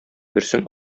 берсен